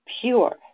pure